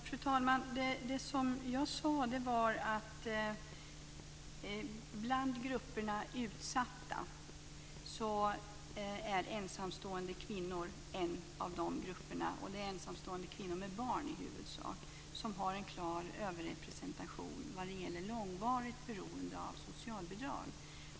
Fru talman! Jag sade att ensamstående kvinnor hörde till de utsatta grupperna, och då i huvudsak ensamstående kvinnor med barn. De har en klar överrepresentation när det gäller långvarigt beroende av socialbidrag.